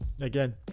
again